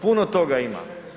Puno toga ima.